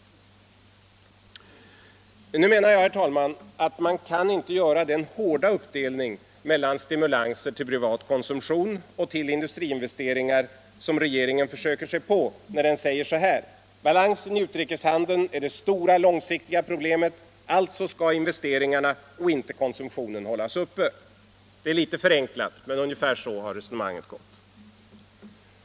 Nu menar jag, herr talman, att man inte kan göra den hårda uppdelning mellan stimulanser till privat konsumtion och till industriinvesteringar som regeringen försöker sig på när den säger: Balansen i utrikeshandeln är det stora, långsiktiga problemet; alltså skall investeringarna och inte konsumtionen hållas uppe. — Detta är visserligen litet förenklat uttryckt här, men ungefär så har resonemangen gått.